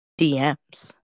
DMs